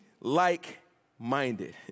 like-minded